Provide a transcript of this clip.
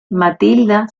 matilda